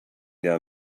down